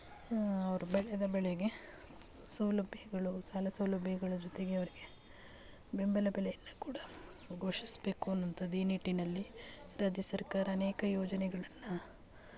ಅವರು ಬೆಳೆದ ಬೆಳೆಗೆ ಸೌಲಭ್ಯಗಳು ಸಾಲ ಸೌಲಭ್ಯಗಳ ಜೊತೆಗೆ ಅವರಿಗೆ ಬೆಂಬಲ ಬೆಲೆಯನ್ನು ಕೂಡ ಘೋಷಿಸಬೇಕು ಅನ್ನುವಂಥದ್ದು ಈ ನಿಟ್ಟಿನಲ್ಲಿ ರಾಜ್ಯ ಸರ್ಕಾರ ಅನೇಕ ಯೋಜನೆಗಳನ್ನು